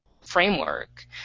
framework